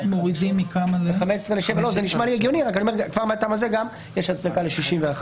זה נשמע לי הגיוני, וכבר מהטעם הזה יש הצדקה ל-61.